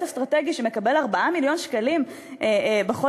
אסטרטגי שמקבל 4 מיליון שקלים בחודש,